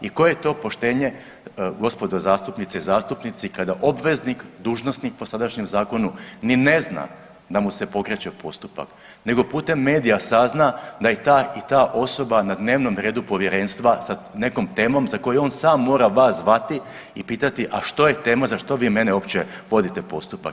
I koje je to poštenje gospodo zastupnice i zastupnici kada obveznik, dužnosnik po sadašnjem Zakonu ni ne zna da mu se pokreće postupak, nego putem medija sazna da je ta i ta osoba na dnevnom redu Povjerenstva sa nekom temom za koju on sam mora vas zvati i pitati a što je tema za što vi mene uopće vodite postupak?